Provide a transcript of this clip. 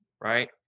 right